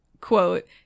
quote